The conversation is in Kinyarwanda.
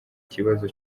kibazo